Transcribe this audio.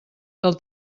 del